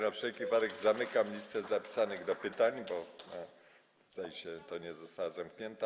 Na wszelki wypadek zamykam listę zapisanych do pytań, bo zdaje się, ta nie została zamknięta.